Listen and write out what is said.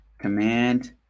Command